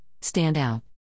Standout